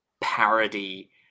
parody